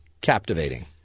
captivating